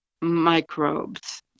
microbes